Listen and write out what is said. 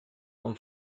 con